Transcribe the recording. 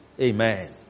Amen